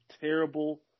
terrible